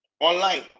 online